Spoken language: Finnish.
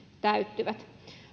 täyttyvät